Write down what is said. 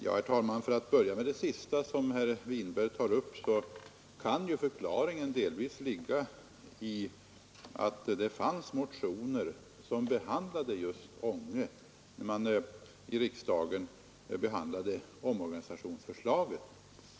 Herr talman! För att börja med det sista som herr Winberg tog upp, så kan ju förklaringen delvis ligga i att det fanns motioner som behandlade just Ånge när riksdagen hade att ta ställning till omorganisationsförslaget.